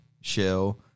Shell